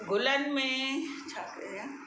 गुलनि में छा कया